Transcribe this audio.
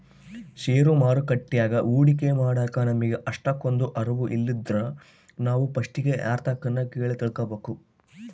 ಷೇರು ಮಾರುಕಟ್ಯಾಗ ಹೂಡಿಕೆ ಮಾಡಾಕ ನಮಿಗೆ ಅಷ್ಟಕೊಂದು ಅರುವು ಇಲ್ಲಿದ್ರ ನಾವು ಪಸ್ಟಿಗೆ ಯಾರ್ತಕನ ಕೇಳಿ ತಿಳ್ಕಬಕು